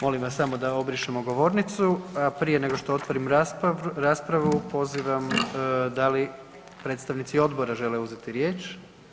Molim vas samo da obrišemo govornicu, a prije nego što otvorim raspravu, pozivam da li predstavnici odbora žele uzeti riječ?